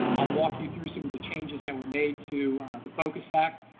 i'll walk you through some of the changes that were made to the focus act.